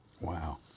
Wow